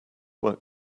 work